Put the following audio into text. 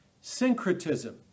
syncretism